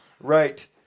Right